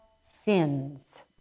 sins